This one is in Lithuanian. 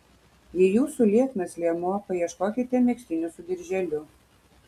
jei jūsų lieknas liemuo paieškokite megztinių su dirželiu